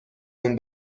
اون